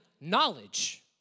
knowledge